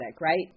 right